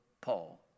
Paul